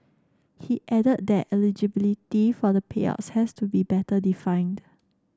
he added that eligibility for the payouts has to be better defined